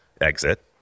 exit